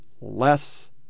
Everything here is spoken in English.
less